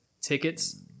tickets